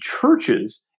churches